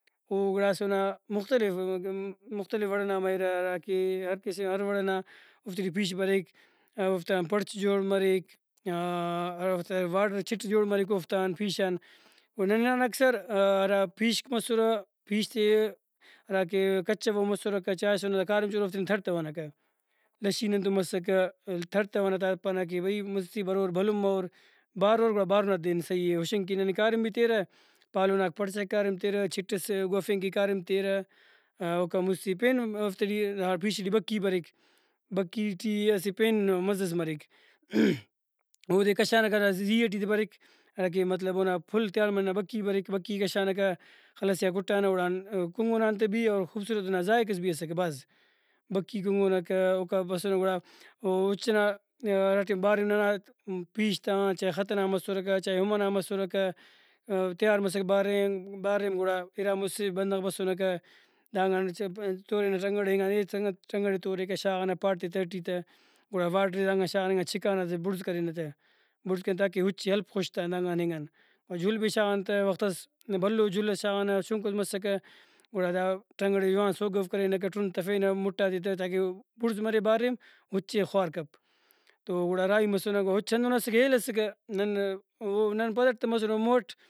او گڑاس اونا مختلف مختلف وڑ ئنا مریرہ ہراکہ ہرکسے ہر وڑ ئنا اوفتے ٹی پیش بریک ءَ اوفتان پڑچ جوڑ مریک ارافتان وارڈر چِٹ جوڑ مریک اوفتان پیش آن ۔او نن ہنانہ اکثر ہرا پیشک مسرہ پیش تے ہراکہ کچوو مسرکہ چاہسنہ دا کاریم چور اوفتے نن تڑتونہ کہ لشی ننتو مسکہ تڑتونہ تا پانہ کہ بھئی مُستی برور بھلن مروربارور گڑا بارنا ت دین سہی اے ہُشنگ کہ ننے کاریم بھی تیرہ پالناک پرچ کہ کاریم تیرہ چِٹ ئس گوفنگ کہ کاریم تیرہ اوکا مُستی پین ہم اوفتے ٹی ہا پیش ٹی بھکی بریک بھکی ٹی اسہ پین مزہ ئس مریک(voice)اودے کشارک ہرا زی ئٹی تے بریک ہراکہ مطلب اونا پھل تیا ہندا بھکی بریک بھکی ئے کشانکہ خل ئسے آ کُٹانہ گڑا کُنگنہ آن تہ بھی اور خوبصورت اونا ذائقس بھی اسکہ بھاز۔ بھکی کُنگنکہ اوکا بسنہ گڑا او اُچ ئنا ہرا ٹائم بارنا پیش تان چائے خط ئنا مسرکہ چائے ہُم ئنا مسرکہ تیار مسکہ باریم باریم گڑا اِرا مُسہ بندغ بسنکہ دانگان تورینہ ٹرنگڑئے اینگان اے سنگت ٹرنگڑ ئے توریکہ شاغانہ پاٹ تے تہٹی تہ گڑا وارڈر ئے دانگان شاغانہ اینگان چکانہ تہ بڑز کرینہ تہ بڑز کرینہ تاکہ اُچے ہلپ خُشت آن دانگان اینگان۔ و جُل بھی شاغانہ تہ وختس بھلو جُل ئس شاغانہ چُنکوس مسکہ گڑا دا ٹرنگڑ ئے جوان سوگو کرینہ ایکا ٹرند تفینہ مُٹاتے تہ تاکہ او بڑز مرے باریم اُچے خوار کپ۔ تو گڑا راہی مسنہ گڑا اُچ ہندن اسکہ ہیل اسکہ نن او نن پدٹ تہ مسنہ او مونٹ